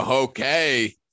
Okay